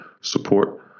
support